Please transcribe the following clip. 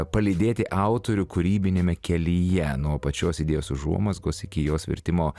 palydėti autorių kūrybiniame kelyje nuo pačios idėjos užuomazgos iki jos virtimo